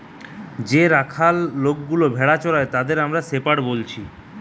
যে রাখাল লোকগুলা ভেড়া চোরাই তাদের আমরা শেপার্ড বলছি